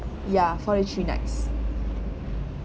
ya four day three nights